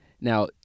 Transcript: Now